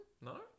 No